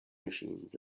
machines